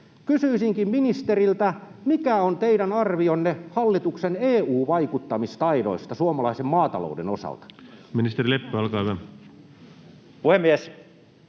Kysyisinkin ministeriltä: mikä on teidän arvionne hallituksen EU-vaikuttamistaidoista suomalaisen maatalouden osalta? [Speech 36] Speaker: